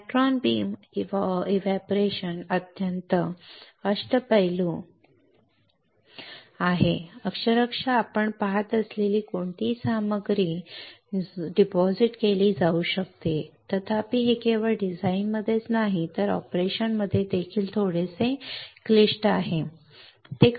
electron beam evaporation अत्यंत अष्टपैलू आहे अक्षरशः आपण पहात असलेली कोणतीही सामग्री अक्षरशः कोणतीही सामग्री डिपॉझिट केली जाऊ शकते तथापि हे केवळ डिझाइनमध्येच नाही तर ऑपरेशनमध्ये देखील थोडेसे क्लिष्ट आहे